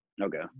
Okay